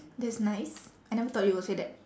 that's nice I never thought you will say that